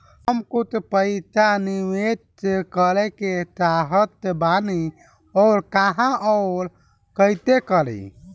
हम कुछ पइसा निवेश करे के चाहत बानी और कहाँअउर कइसे करी?